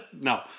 No